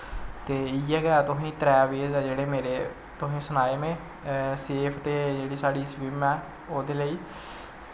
ते इयै गै तुसें त्रै वेज ऐ मेरे जेह्ड़े तुसें सनाए में सेफ ते साढ़ी स्विम ऐ ओह्दे लेई